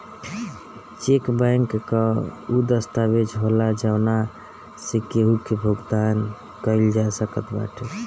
check bank कअ उ दस्तावेज होला जवना से केहू के भुगतान कईल जा सकत बाटे